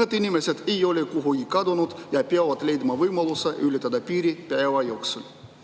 Need inimesed ei ole kuhugi kadunud ja peavad leidma võimaluse ületada piiri päeva